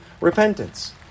repentance